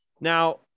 Now